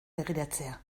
begiratzea